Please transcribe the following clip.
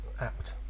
Apt